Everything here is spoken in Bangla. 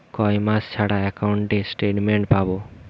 কয় মাস ছাড়া একাউন্টে স্টেটমেন্ট পাব?